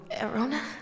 Arona